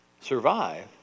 survive